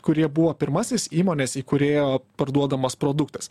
kurie buvo pirmasis įmonės įkūrėjo parduodamas produktas